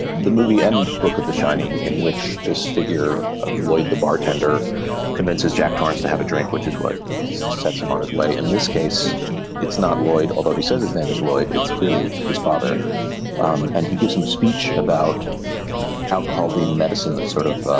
the movie and look at the shining in which this figure of lloyd the bartender commences jack torrance to have a drink which is what sets him on his way in this case it's not lloyd although he says his name is lloyd it's clearly his father um and he gives him a speech about alcohol being medicine that sort of